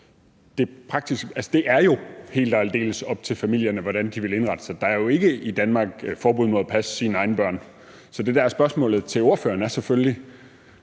det er jo helt og aldeles op til familierne, hvordan de vil indrette sig. Der er jo ikke i Danmark forbud mod at passe sine egne børn. Så det, der er spørgsmålet til ordføreren, er selvfølgelig: